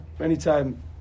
anytime